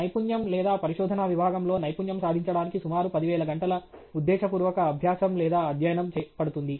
నైపుణ్యం లేదా పరిశోధనా విభాగంలో నైపుణ్యం సాధించడానికి సుమారు 10000 గంటల ఉద్దేశపూర్వక అభ్యాసం అధ్యయనం పడుతుంది